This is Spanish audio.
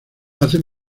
hace